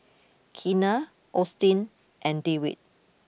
Keena Austin and Dewitt